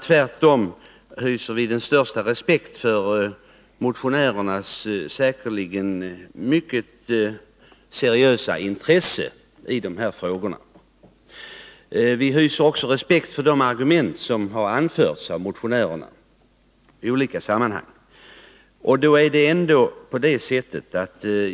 Tvärtom hyser vi den största respekt för motionärernas säkerligen mycket seriösa intresse i dessa frågor. Vi hyser också respekt för de argument som i olika sammanhang har anförts av motionärerna.